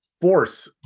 force